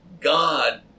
God